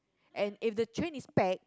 and if the train is spake